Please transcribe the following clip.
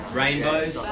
rainbows